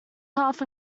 half